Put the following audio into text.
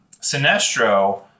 sinestro